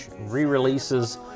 re-releases